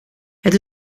het